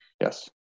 Yes